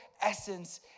essence